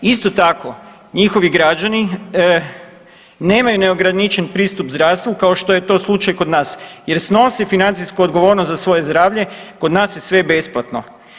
Isto tako njihovi građani nemaju neograničen pristup zdravstvu kao što je to slučaj kod nas jer snose financijsku odgovornost za svoje zdravlje, kod nas je sve besplatno.